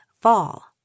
fall